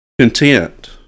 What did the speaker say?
content